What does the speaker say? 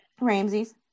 Ramsey's